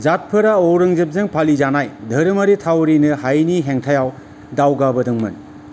जाटफोरा औरंगजेबजों फालिजानाय धोरोमारि थावरिनो हायैनि हेंथायाव दावगाबोदोंमोन